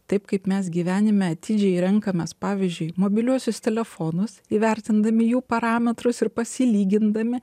taip kaip mes gyvenime atidžiai renkamės pavyzdžiui mobiliuosius telefonus įvertindami jų parametrus ir pasilygindami